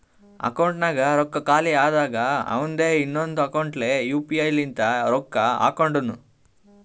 ಅಕೌಂಟ್ನಾಗ್ ರೊಕ್ಕಾ ಖಾಲಿ ಆದಾಗ ಅವಂದೆ ಇನ್ನೊಂದು ಅಕೌಂಟ್ಲೆ ಯು ಪಿ ಐ ಲಿಂತ ರೊಕ್ಕಾ ಹಾಕೊಂಡುನು